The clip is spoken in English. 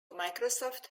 microsoft